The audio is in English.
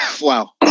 wow